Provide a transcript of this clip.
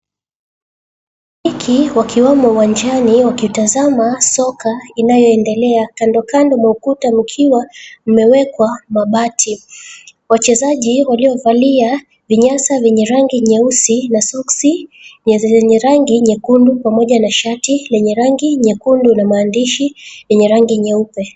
Mashabiki wakiwemo uwanjani wakitazama soka inayoendelea. Kandokando mwa ukuta mukiwa mumewekwa mabati. Wachezaji waliyovalia vinyasa vyenye rangi nyeusi na soksi zenye rangi nyekundu pamoja na shati lenye rangi nyekundu na maandishi yenye rangi nyeupe.